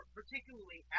particularly